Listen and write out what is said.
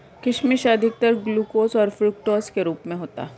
किशमिश अधिकतर ग्लूकोस और फ़्रूक्टोस के रूप में होता है